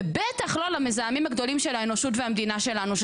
ובטח לא למזהמים הגדולים של האנושות והמדינה שלנו,